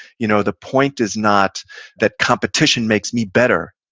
you know the point is not that competition makes me better.